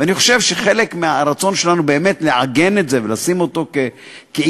ואני חושב שחלק מהרצון שלנו לעגן את זה ולשים אותו כעניין